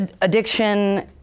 addiction